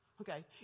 okay